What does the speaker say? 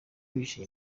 bihishe